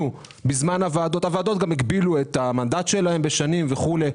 בזמן הוועדות הוועדות גם הגבילו את המנדט בשנים וכולי.